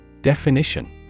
Definition